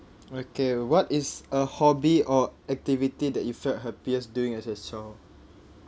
okay what is a hobby or activity that you felt happiest doing as a child